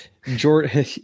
Jordan